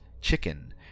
chicken